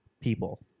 people